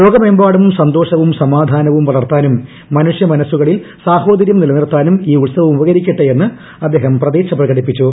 ലോകമെമ്പാടും സന്തോഷവും സമാധാനവും വളർത്താനും മനുഷ്യമനസ്സുകളിൽ സാഹോദര്യം നിലനിർത്താനും ഈ ഉത്സവം ഉപകരിക്കട്ടെയെന്ന് അദ്ദേഹം പ്രതീക്ഷ പ്രകടിപ്പിച്ചു